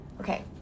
Okay